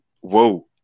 whoa